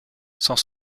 sont